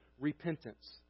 repentance